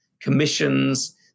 commissions